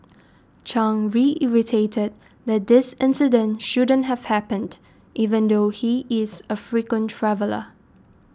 Chang reiterated that this incident shouldn't have happened even though he is a frequent traveller